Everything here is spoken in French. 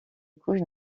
couche